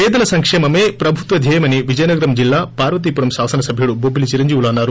పేదల సంకేమమే ప్రభుత్వ ధ్యేయమని విజయనగరం జిల్లా పార్వతీపురం శాసన సభ్యుడు బొబ్బిలీ చిరంజీవులు అన్నారు